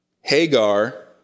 Hagar